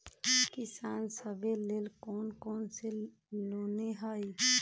किसान सवे लेल कौन कौन से लोने हई?